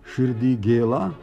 širdy gėla